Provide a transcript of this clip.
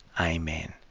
Amen